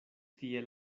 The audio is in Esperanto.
tiel